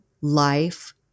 life